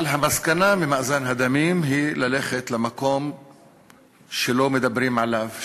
אבל המסקנה ממאזן הדמים היא ללכת למקום שלא מדברים עליו,